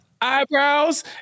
eyebrows